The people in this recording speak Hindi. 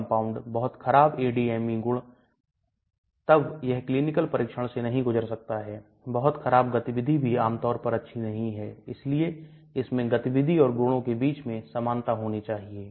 तो intestinal tract शरीर विज्ञान gastrointestinal tract मैं प्रजातियों के अंतर का मतलब है एक व्यक्ति में बैक्टीरिया अलग समूह है जबकि दूसरे व्यक्ति में बैक्टीरिया का अलग समूह हो सकता है